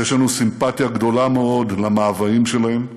יש לנו סימפתיה גדולה מאוד למאוויים שלהם,